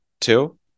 Two